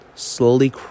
Slowly